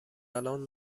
الان